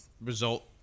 result